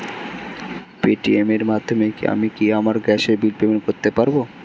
Paytm এর মাধ্যমে আমি কি আমার গ্যাসের বিল পেমেন্ট করতে পারব?